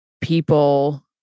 people